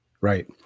Right